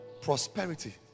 prosperity